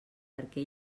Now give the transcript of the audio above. perquè